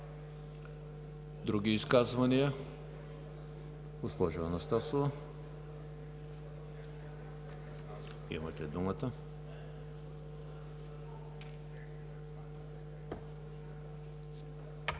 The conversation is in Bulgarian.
Други изказвания? Госпожо Анастасова, имате думата.